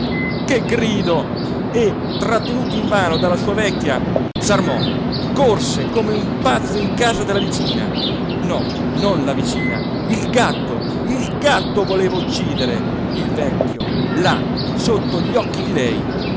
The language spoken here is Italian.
che grido e trattenuto invano dalla sua vecchia s'armò corse come un pazzo in casa della vicina no non la vicina il gatto il gatto voleva uccidere il vecchio là sotto gli occhi di lei